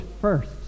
first